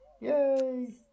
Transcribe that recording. Yay